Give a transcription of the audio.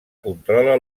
controla